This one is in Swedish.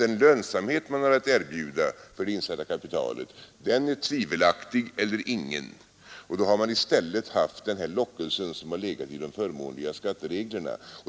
Den lönsamhet man har att erbjuda för det insatta kapitalet är tvivelaktig eller ingen, och då har man i stället haft den lockelse som har legat i de förmånliga skattereglerna.